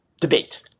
debate